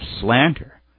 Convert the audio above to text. slander